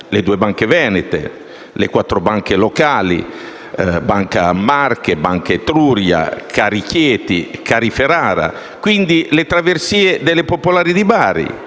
le due banche venete, le quattro banche locali (Banca Marche, Banca Etruria, CariChieti, CariFerrara), quindi le traversie delle Popolari di Bari.